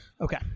Okay